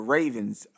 Ravens